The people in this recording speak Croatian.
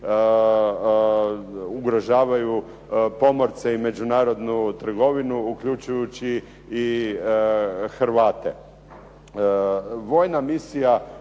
ugrožavaju pomorce i međunarodnu trgovinu uključujući i Hrvate. Vojna misija